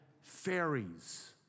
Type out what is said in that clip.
fairies